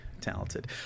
talented